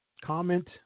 comment